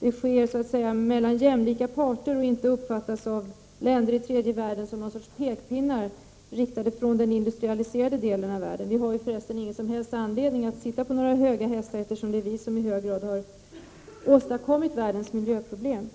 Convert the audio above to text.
detta så att säga sker mellan jämlika parter och inte uppfattas av länder i tredje världen som någon sorts pekpinnar riktade från den industrialiserade delen av världen. Vi har förresten ingen som helst anledning att sätta oss på några höga hästar, eftersom det i hög grad är vi som åstadkommit världens miljöproblem.